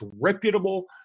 reputable